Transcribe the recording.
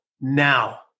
now